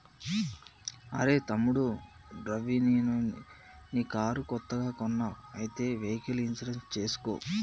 అరెయ్ తమ్ముడు రవి నీ కారు కొత్తగా కొన్నావ్ అయితే వెహికల్ ఇన్సూరెన్స్ చేసుకో